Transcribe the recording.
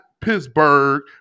Pittsburgh